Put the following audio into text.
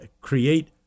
create